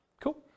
Cool